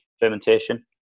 fermentation